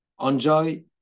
Enjoy